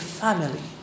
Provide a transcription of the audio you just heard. family